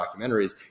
documentaries